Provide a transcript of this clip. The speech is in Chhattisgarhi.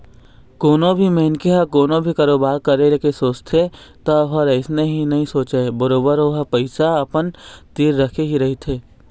कोनो भी मनखे ह कोनो भी कारोबार करे के सोचथे त ओहा अइसने ही नइ सोचय बरोबर ओहा पइसा अपन तीर रखे ही रहिथे